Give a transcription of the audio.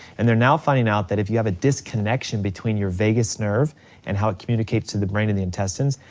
and they're now finding out that if you have a disconnection between your vagus nerve and how it communicates communicates to the brain and the intestines,